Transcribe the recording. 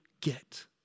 get